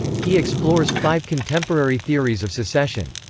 he explores five contemporary theories of secession.